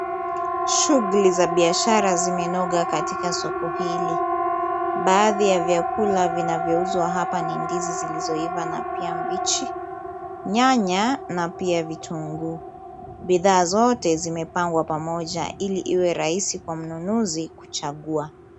Shughuli za biashara zimenoga katika soko hili, baadhi ya vyakula vinavyouzwa hapa ni ndizi zilizoiva na pia mbichi, nyanya na pia vitunguu, bidhaa zote zimepangwa pamoja ili iwe rahisi kwa mnunuzi kuchagua.